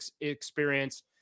experience